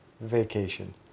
vacation